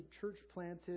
church-planted